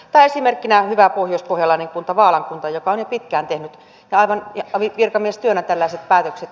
tai esimerkkinä on hyvä pohjoispohjalainen kunta vaalan kunta joka on jo pitkään tehnyt virkamiestyönä tällaiset päätökset